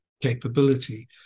capability